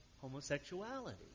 homosexuality